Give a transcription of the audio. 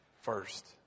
first